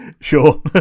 sure